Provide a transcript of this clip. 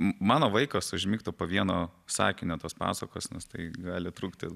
mano vaikas užmigtų po vieno sakinio tos pasakos nes tai gali trukti